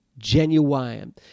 genuine